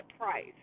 price